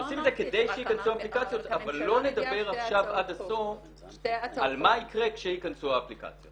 לא תיעד מידע בדבר המועדים הנוגעים לקבלת הוראת התשלום.